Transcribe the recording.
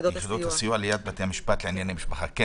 שיש